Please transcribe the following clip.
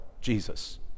Jesus